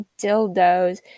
dildos